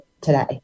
today